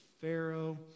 Pharaoh